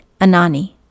Anani